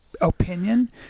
opinion